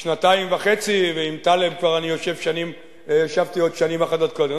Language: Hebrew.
שנתיים וחצי, ועם טלב ישבתי עוד שנים אחדות קודם.